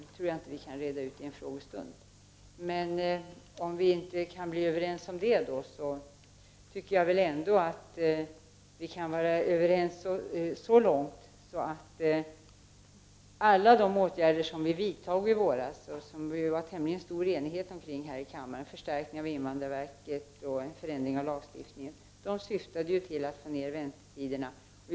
Det tror jag inte vi kan reda ut under en frågestund. Men om vi inte kan bli överens om annat, kan vi vara överens så långt att de åtgärder som vidtogs i våras och som det var tämligen stor enighet om här i riksdagen — förstärkning av invandrarverkäs resurser och förändring av lagen — syftade till att få ner väntetiderna.